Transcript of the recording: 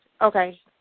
Okay